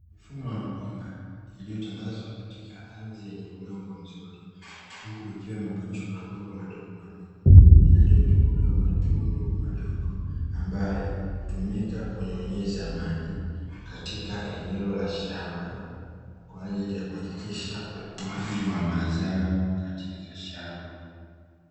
Mfumo wa mabomba yaliyotandazwa katika ardhi yenye udongo mzuri, huku ikiwa imeunganishwa na mabomba madogomadogo yaliyotobolewa matundu madogo ambayo hutumika kunyunyiza maji katika eneo la shamba kwa ajili ya kuhakikisha ukuaji wa mazao katika shamba.